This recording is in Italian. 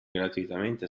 gratuitamente